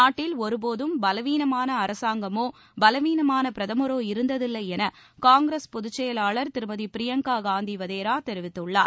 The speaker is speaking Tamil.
நாட்டில் ஒருபோதும் பலவீனமான அரசாங்கமோ பலவீனமான பிரதமரோ இருந்ததில்லை என காங்கிரஸ் பொதுச் செயலாளர் திருமதி பிரியங்கா காந்தி வதேரா தெரிவித்துள்ளார்